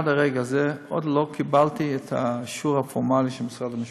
עד לרגע זה עוד לא קיבלתי את האישור הפורמלי של משרד המשפטים.